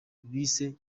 bise